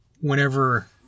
whenever